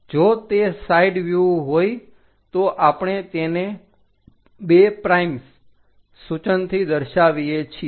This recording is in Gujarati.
જો તે સાઈડ વ્યુહ હોય તો આપણે તેને 2 પ્રાઇમ્સ સૂચનથી દર્શાવીએ છીએ